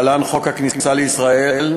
להלן: חוק הכניסה לישראל,